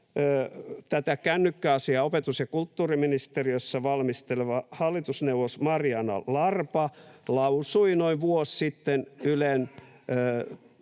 tätä kännykkäasiaa opetus‑ ja kulttuuriministeriössä valmisteleva hallitusneuvos Marjaana Larpa lausui Ylen yle.fi-sivulla